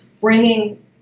bringing